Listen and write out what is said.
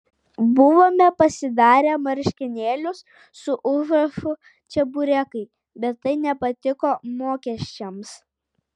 buvome pasidarę marškinėlius su užrašu čeburekai bet tai nepatiko mokesčiams